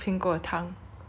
!huh! he's sort of gross